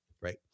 right